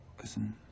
listen